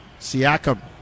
siakam